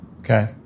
Okay